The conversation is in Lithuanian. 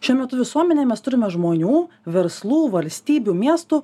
šiuo metu visuomenėj mes turime žmonių verslų valstybių miestų